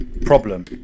Problem